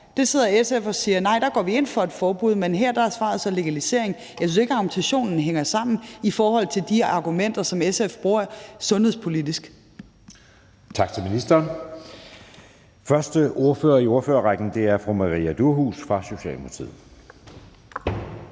Der sidder SF og siger: Nej, der går vi ind for et forbud. Men her er svaret så legalisering. Jeg synes ikke, at argumentationen hænger sammen i forhold til de argumenter, som SF bruger sundhedspolitisk. Kl. 17:11 Anden næstformand (Jeppe Søe): Tak til ministeren. Den første ordfører i ordførerrækken er fru Maria Durhuus fra Socialdemokratiet.